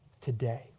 today